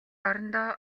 орондоо